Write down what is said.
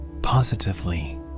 positively